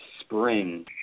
spring